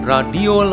Radio